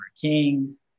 kings